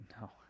No